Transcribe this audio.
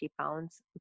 pounds